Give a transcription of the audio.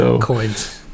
Coins